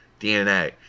DNA